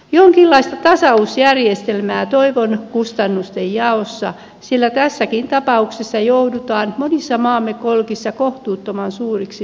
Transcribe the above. jonkinlaista tasausjärjestelmää toivon kustannustenjaossa sillä tässäkin tapauksessa joudutaan monissa maamme kolkissa kohtuuttoman suuriksi maksumiehiksi ja naisiksi